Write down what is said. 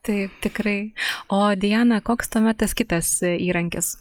taip tikrai o diana koks tuomet tas kitas įrankis